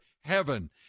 heaven